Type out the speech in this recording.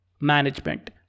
management